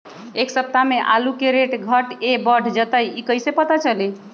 एक सप्ताह मे आलू के रेट घट ये बढ़ जतई त कईसे पता चली?